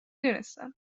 دونستم